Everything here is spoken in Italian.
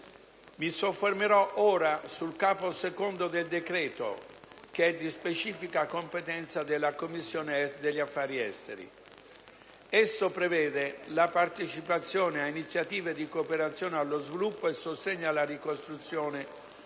Mi soffermerò ora sul Capo II del decreto-legge, che è di specifica competenza della Commissione affari esteri. Esso prevede la partecipazione a iniziative di cooperazione allo sviluppo e sostegno alla ricostruzione